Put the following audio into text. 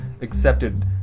accepted